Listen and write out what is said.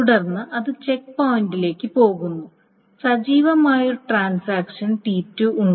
തുടർന്ന് അത് ചെക്ക് പോയിന്റിലേക്ക് പോകുന്നു സജീവമായ ഒരു ട്രാൻസാക്ഷൻ T2 ഉണ്ട്